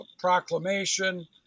proclamation